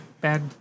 bad